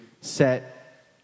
set